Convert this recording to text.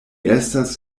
estas